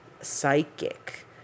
psychic